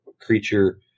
creature